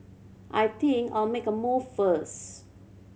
I think I'll make a move first